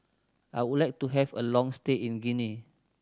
I would like to have a long stay in Guinea